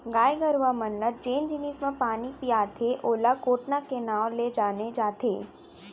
गाय गरूवा मन ल जेन जिनिस म पानी पियाथें ओला कोटना के नांव ले जाने जाथे